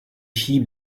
sheep